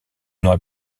aurait